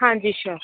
ਹਾਂਜੀ ਸ਼ੋਰ